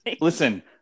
Listen